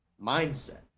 mindset